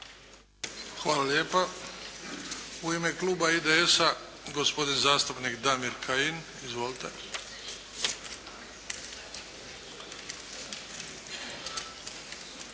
Hvala lijepo. U ime Kluba HNS-a gospodin zastupnik Dragutin Lesar. Izvolite.